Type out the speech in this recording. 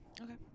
Okay